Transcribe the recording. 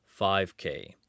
5k